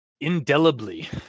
indelibly